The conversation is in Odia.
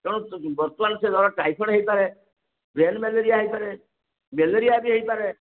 ତେଣୁ ବର୍ତ୍ତମାନ ସେ ଧର ଟାଇଫଏଡ଼୍ ହେଇପାରେ ବ୍ରେନ୍ ମ୍ୟାଲେରିଆ ହେଇପାରେ ମ୍ୟାଲେରିଆ ବି ହେଇପାରେ